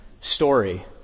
story